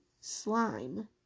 slime